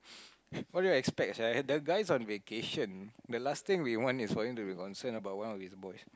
what do you expect sia the guy on vacation the last thing we want is for him to be concerned about one of his boys